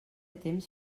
temps